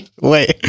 Wait